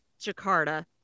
Jakarta